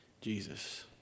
Jesus